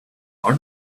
are